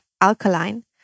alkaline